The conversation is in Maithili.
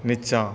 नीचाँ